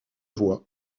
voies